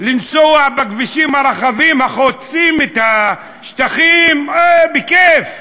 לנסוע בכבישים הרחבים החוצים את השטחים, בכיף,